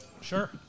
Sure